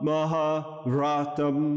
Mahavratam